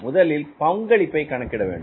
முதலில் பங்களிப்பை கணக்கிடவேண்டும்